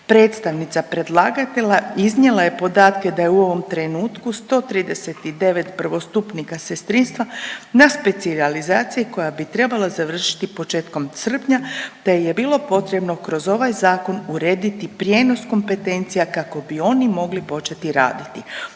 Predstavnica predlagatelja iznijela je podatke da je u ovom trenutku 139 prvostupnika sestrinstva na specijalizaciji koja bi trebala završiti početkom srpnja, te je bilo potrebno kroz ovaj zakon urediti prijenos kompetencija kako bi oni mogli početi raditi.